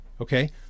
Okay